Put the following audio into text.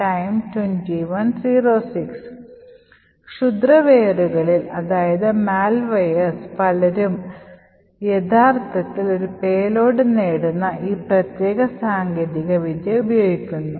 ക്ഷുദ്രവെയറുകളിൽ പലരും യഥാർത്ഥത്തിൽ ഒരു പേലോഡ് നേടുന്ന ഈ പ്രത്യേക സാങ്കേതികത ഉപയോഗിക്കുന്നു